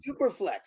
Superflex